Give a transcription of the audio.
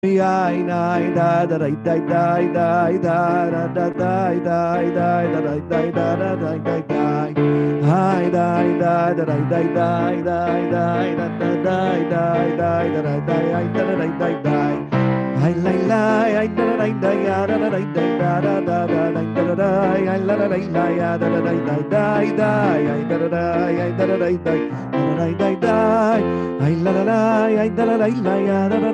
מוזיקה ושירה ללא מילים